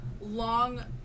long